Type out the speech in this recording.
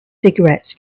cigarettes